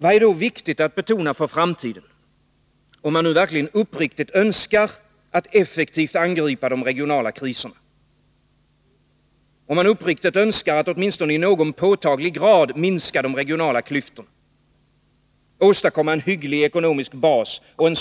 Vad är då viktigt att betona för framtiden, om man nu verkligen uppriktigt önskar effektivt angripa de regionala kriserna, åtminstone i någon påtaglig grad minska de regionala klyftorna samt åstadkomma en hygglig ekonomisk bas och